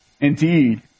Indeed